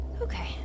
Okay